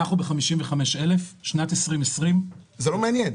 אנחנו ב-55 אלף בשנת 2020. זה לא מעניין.